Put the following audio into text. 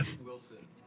Wilson